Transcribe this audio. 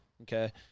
okay